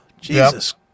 jesus